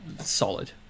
solid